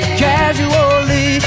casually